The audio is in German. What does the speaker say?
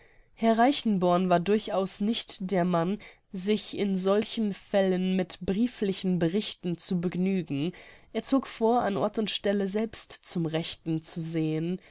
herr reichenborn war durchaus nicht der mann sich in solchen fällen mit brieflichen berichten zu begnügen er zog vor an ort und stelle selbst zum rechten zu sehen